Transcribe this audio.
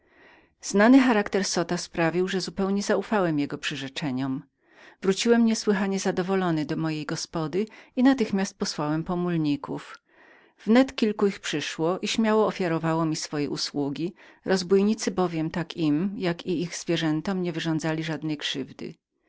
znany sposób myślenia zota sprawił że zupełnie zaufałem jego przyrzeczeniom wróciłem niesłychanie zadowolony do mojej gospody i natychmiast posłałem po mulników wnet kilku ich przyszło i śmiało ofiarowało mi swoje usługi rozbójnicy bowiem tak im jako i ich zwierzętom niewyrządzali żadnej krzywdy